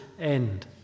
end